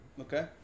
Okay